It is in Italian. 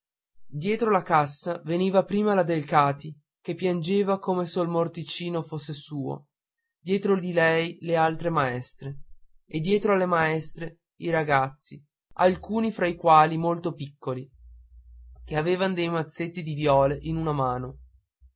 dietro la cassa veniva prima la delcati che piangeva come se il morticino fosse suo dietro di lei le altre maestre e dietro alle maestre i ragazzi alcuni fra i quali molto piccoli che avevan dei mazzetti di viole in una mano